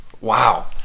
Wow